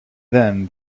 then